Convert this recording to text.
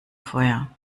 feuer